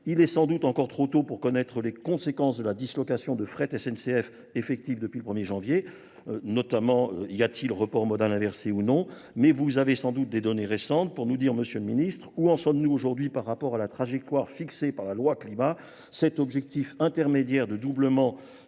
Il est sans doute encore trop tôt pour connaître les conséquences de la dislocation de fraîtes SNCF effectives depuis le 1er janvier, notamment y a-t-il report modal inversé ou non, mais vous avez sans doute des données récentes pour nous dire, Monsieur le Ministre, où en sommes-nous aujourd'hui par rapport à la trajectoire fixée par la loi Climat ? Cet objectif intermédiaire de doublement,